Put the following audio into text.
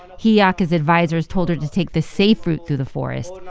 hi'iaka's advisers told her to take the safe route through the forest,